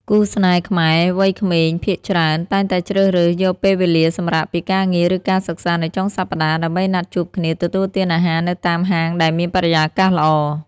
គូស្នេហ៍ខ្មែរវ័យក្មេងភាគច្រើន តែងតែជ្រើសរើសយកពេលវេលាសម្រាកពីការងារ ឬការសិក្សានៅចុងសប្តាហ៍ ដើម្បីណាត់ជួបគ្នាទទួលទានអាហារនៅតាមហាងដែលមានបរិយាកាសល្អ។